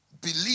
Believe